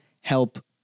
help